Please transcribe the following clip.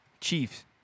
Chiefs